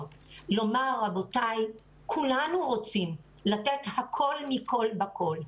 לומר שכולנו רוצים לתת הכול מכול בכול.